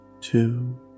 two